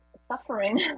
suffering